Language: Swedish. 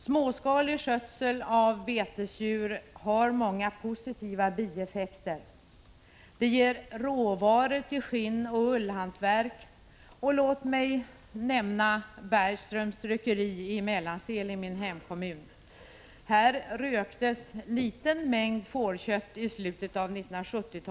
Småskalig skötsel av betesdjur har många positiva bieffekter. Det ger råvaror till skinnoch ullhantverk. Och låt mig nämna Bergströms rökeri i Mellansel i min hemkommun. Här röktes en liten mängd fårkött i slutet av 1970-talet.